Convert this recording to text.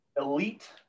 Elite